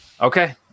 Okay